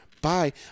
bye